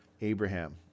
Abraham